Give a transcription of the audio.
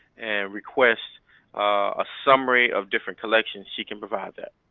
and request a summary of different collections, she can provide that.